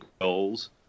goals